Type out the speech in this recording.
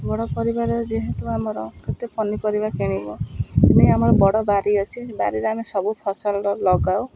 ବଡ଼ ପରିବାର ଯେହେତୁ ଆମର କେତେ ପନିପରିବା କିଣିବୁ ସେଥିପାଇଁ ଆମର ବଡ଼ ବାରି ଅଛି ବାରିରେ ଆମେ ସବୁ ଫସଲ ଲଗାଉ